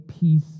peace